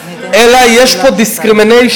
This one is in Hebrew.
אלא יש פה discrimination,